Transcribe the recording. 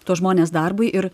tuos žmones darbui ir